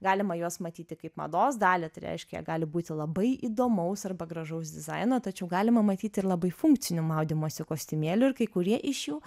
galima juos matyti kaip mados dalį tai reiškia gali būti labai įdomaus arba gražaus dizaino tačiau galima matyti ir labai funkcinių maudymosi kostiumėlių ir kai kurie iš jų